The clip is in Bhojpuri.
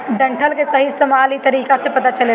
डंठल के सही इस्तेमाल इ तरीका से पता चलेला